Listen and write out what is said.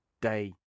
day